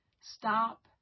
Stop